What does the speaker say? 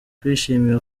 kwishimira